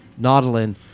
Nautilin